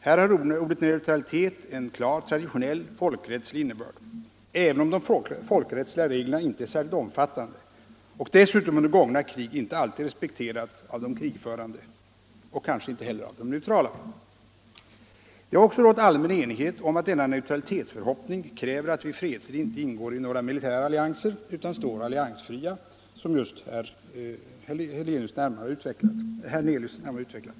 Här har ordet neutralitet en klar, traditionell och folkrättslig innebörd, även om de folkrättsliga reglerna inte är särskilt omfattande och dessutom under gångna krig inte alltid respekterats av Nr 40 de krigförande —- och kanske inte heller av de onale Det har också Onsdagen den rått allmän enighet om att denna neutralitetsförhoppning kräver att vi 19 mars 1975 i fredstid inte ingår några militära allianser utan står alliansfria, vilket RR Bg RN or ga herr Hernelius utvecklade.